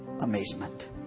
amazement